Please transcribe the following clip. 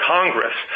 Congress